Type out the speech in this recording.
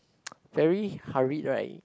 very hurried right